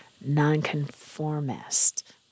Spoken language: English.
nonconformist